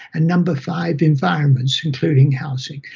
and number five, environments, including housing.